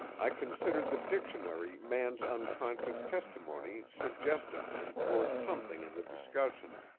i considered the dictionary man's unconscious testimony suggestive and worth something in the discussion.